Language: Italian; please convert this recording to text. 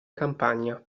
campagna